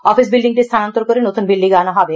office বিল্ডিংটি স্হানান্তর করে নতুন বিল্ডিং এ আনা হবে